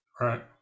Right